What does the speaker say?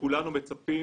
שכולנו מצפים